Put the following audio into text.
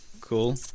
Cool